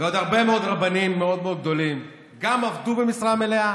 ועוד הרבה מאוד רבנים מאוד גדולים גם עבדו במשרה מלאה,